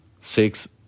six